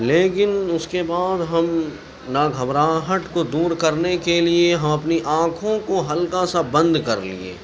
لیکن اُس کے بعد ہم نا گھبراہٹ کو دور کرنے کے لیے ہم اپنی آنکھوں کو ہلکا سا بند کر لیے